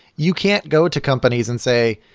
you can't go to companies and say,